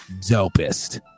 dopest